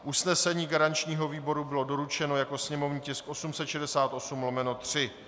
Usnesení garančního výboru bylo doručeno jako sněmovní tisk 868/3.